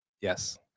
Yes